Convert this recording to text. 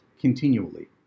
continually